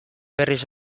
berriz